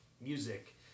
music